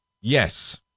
yes